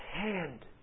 hand